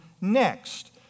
next